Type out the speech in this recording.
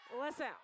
Listen